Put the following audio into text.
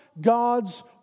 God's